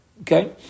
Okay